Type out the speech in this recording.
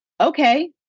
Okay